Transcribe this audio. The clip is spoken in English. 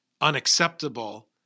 unacceptable